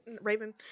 Raven